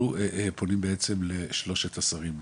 אנחנו פונים בעצם לשלושת השרים,